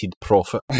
profit